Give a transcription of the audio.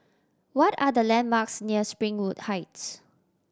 what are the landmarks near Springwood Heights